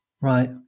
Right